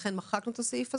ולכן מחקנו את הסעיף הזה.